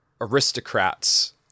aristocrats